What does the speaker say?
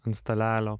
ant stalelio